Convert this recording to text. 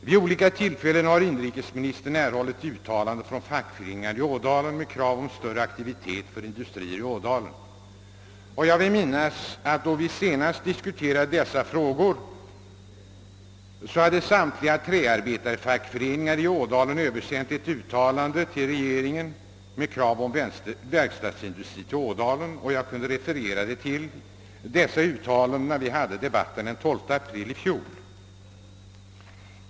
Vid olika tillfällen har inrikesministern fått uttalanden från fackföreningar i Ådalen med krav på större aktivitet för att skaffa industrier till Ådalen. Då vi senast diskuterade dessa frågor hade samtliga träarbetarfackföreningar i Ådalen sänt ett uttalande till regeringen med krav på verkstadsindustri till detta område, och jag kunde referera till dessa uttalanden under debatten i fjol.